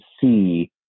see